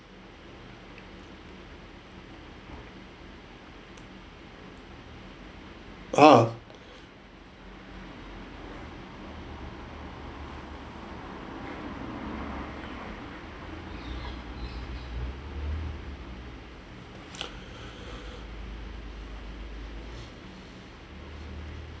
a'ah